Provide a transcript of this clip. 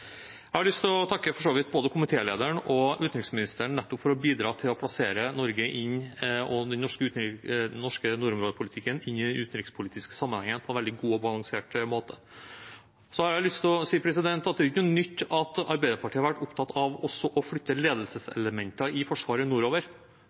Jeg har lyst til å takke for så vidt både komitélederen og utenriksministeren for nettopp å bidra til å plassere Norge og den norske nordområdepolitikken inn i den utenrikspolitiske sammenhengen på en veldig god og balansert måte. Så har jeg lyst til å si at det jo ikke er noe nytt at Arbeiderpartiet har vært opptatt av også å flytte